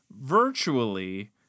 virtually